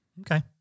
Okay